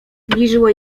zbliżyło